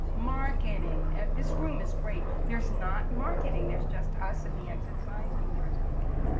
marketing this room is great, there's not marketing. there's just us, and the exit signs and there is marketing.